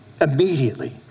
Immediately